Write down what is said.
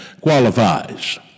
qualifies